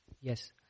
Yes